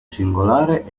singolare